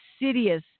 insidious